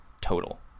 total